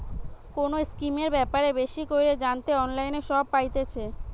কোনো স্কিমের ব্যাপারে বেশি কইরে জানতে অনলাইনে সব পাইতেছে